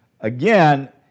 again